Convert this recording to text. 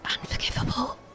unforgivable